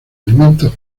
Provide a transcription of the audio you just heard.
alimentos